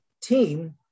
team –